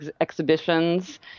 exhibitions